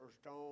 stone